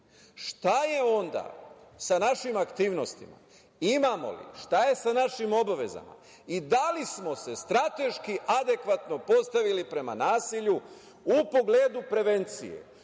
Šta je onda sa našim aktivnostima, imamo li? Šta je sa našim obavezama? Da li smo se strateški adekvatno postavili prema nasilju u pogledu prevencije,